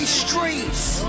streets